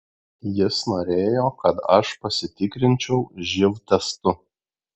jis norėjo kad aš pasitikrinčiau živ testu